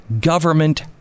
government